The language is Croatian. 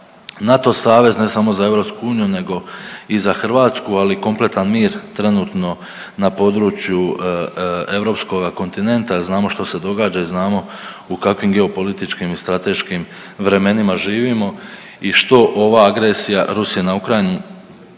NATO savez, ne samo za EU nego i za Hrvatsku, ali i kompletan mir trenutno na području europskoga kontinenta? Znamo što se događa i znamo u kakvim geopolitičkim i strateškim vremenima živimo i što ova agresija Rusije na Ukrajinu